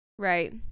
Right